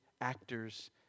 actors